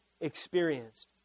experienced